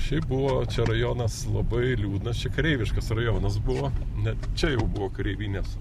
šiaip buvo čia rajonas labai liūdnas čia kareiviškas rajonas buvo net čia jau buvo kareivinės